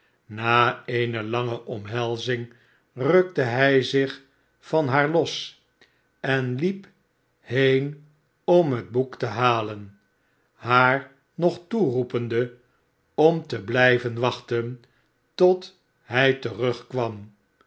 na eene lange omhelzing rukte hij zich van haar los en liep heen om het boek te halen haar nog toeroepende om te blijven wachten tot hij terugkwam